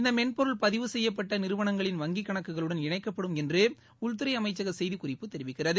இந்த மென்பொருள் பதிவு செய்யப்பட்ட நிறுவனங்களின் வங்கிக்கணக்குகளுடன் இணைக்கப்படும் என்று உள்துறை அமைச்சக செய்திக்குறிப்பு தெரிவிக்கிறது